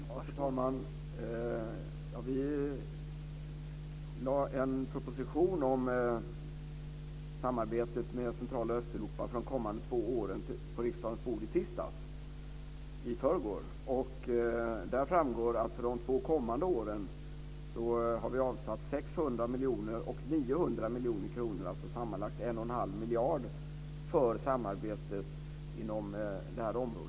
Fru talman! Vi lade en proposition om samarbetet med centrala Östeuropa för de kommande två åren på riksdagens bord i förrgår, på tisdagen. Där framgår att vi för de två kommande åren har avsatt 600 miljoner och 900 miljoner kronor, alltså sammanlagt 11⁄2 miljard för samarbetet inom det här området.